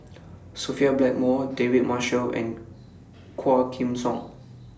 Sophia Blackmore David Marshall and Quah Kim Song